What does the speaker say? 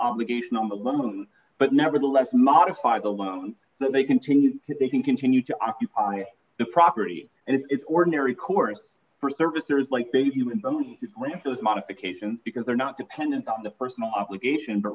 obligation on the loan but nevertheless modify the loan so they continued it they can continue to occupy the property and it's ordinary course for service there is like the human bones of those modifications because they're not dependent on the personal obligation but